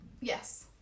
Yes